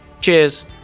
Cheers